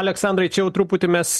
aleksandrai čia jau truputį mes